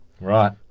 right